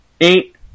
Eight